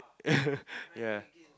ya